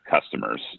customers